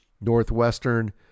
Northwestern